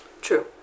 true